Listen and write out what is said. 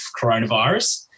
coronavirus